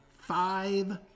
five